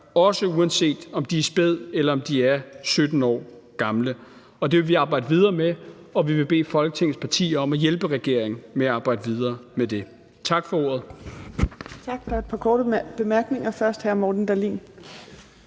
barn, uanset om det er et spædbarn eller er 17 år gammelt. Det vil vi arbejde videre med, og vi vil bede Folketingets partier om at hjælpe regeringen med at arbejde videre med det. Tak for ordet.